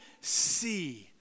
see